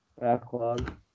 backlog